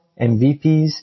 MVPs